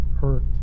hurt